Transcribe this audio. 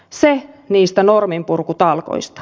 se niistä norminpurkutalkoista